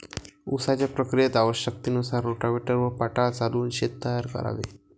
उसाच्या प्रक्रियेत आवश्यकतेनुसार रोटाव्हेटर व पाटा चालवून शेत तयार करावे